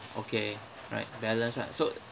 okay right balance ah so